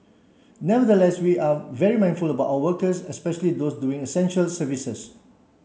nevertheless we are very mindful about our workers especially those doing essential services